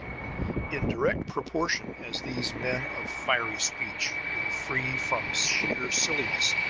in direct proportion as these men of fiery speech were free from sheer silliness,